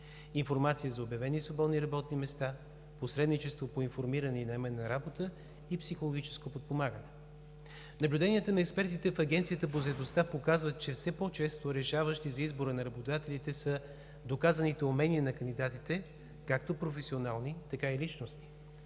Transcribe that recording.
информация за обявени свободни работни места, посредничество по информиране и наемане на работа и психологическо подпомагане. Наблюденията на експертите в Агенцията по заетостта показват, че все по-често решаващи за избора на работодателите са доказаните умения на кандидатите – както професионални, така и личностни.